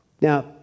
Now